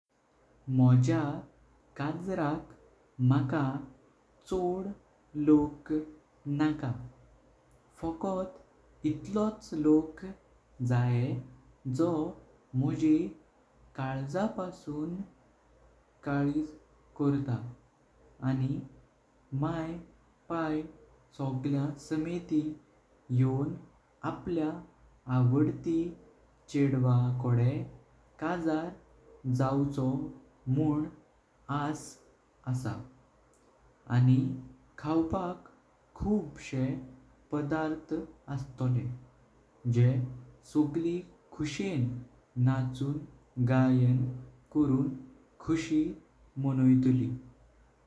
मोज्या काजराक मका छोद लोक नाका फोकोत इतलोच लोक जाय जो मोजी कळ्जापासुन खोरेंच कळजी करता। आणि माई पाई सगळ्यां समितीं यों आपल्या आवडती चेडवा। कडे काजर जावचो मून आस आसा आणि खावपाक खूबसे पदार्थ आस्तले। जॉय सगळीं कुशें नाचून गायन करुन खुशी मनोयतली।